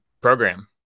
program